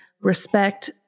respect